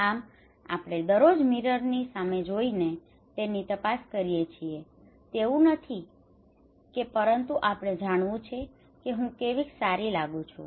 આમ આપણે દરરોજ મિરરની mirror દર્પણ સામે જોઈને તેની તપાસ કરીએ છીએ તેવું નથી કે પરંતુ આપણે જાણવું છે કે હું કેવીક સારી લાગું છું